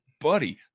Buddy